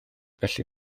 felly